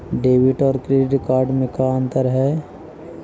Debit और credit card में का अंतर है?